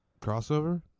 Crossover